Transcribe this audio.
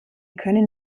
können